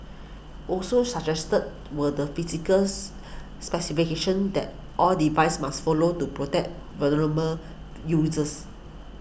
also suggested were the physicals specifications that all devices must follow to protect vulnerable users